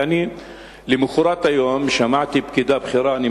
כי למחרת היום שמעתי פקידה בכירה ממשרד החינוך,